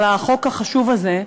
על החוק החשוב הזה.